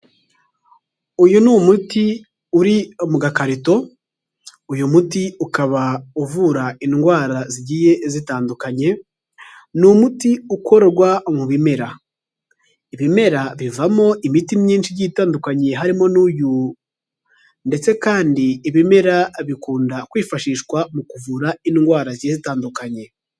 Uyu ni umuti uri mu gakarito, uyu muti ukaba uvura indwara zigiye zitandukanye, ni umuti ukorwa mu bimera. Ibimera bivamo imiti myinshi igiye itandukanye harimo n'uyu ndetse kandi ibimera bikunda kwifashishwa mu kuvura indwara zigiye zitandukanye.